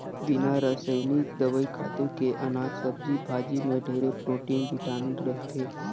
बिना रसइनिक दवई, खातू के अनाज, सब्जी भाजी में ढेरे प्रोटिन, बिटामिन रहथे